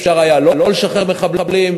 אפשר היה לא לשחרר מחבלים,